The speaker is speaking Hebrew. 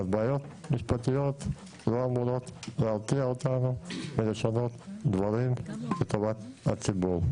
הבעיות המשפטיות לא אמורות להרתיע אותנו מלשנות דברים לטובת הציבור.